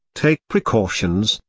take precautions,